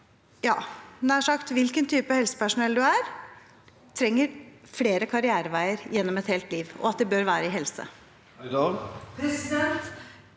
som helst type helsepersonell, trenger flere karriereveier gjennom et helt liv, og at de bør være innen helse?